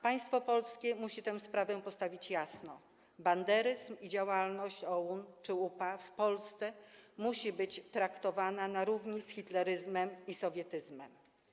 Państwo polskie musi tę sprawę postawić jasno: banderyzm i działalność OUN czy UPA musi być w Polsce traktowana na równi z hitleryzmem i sowietyzmem.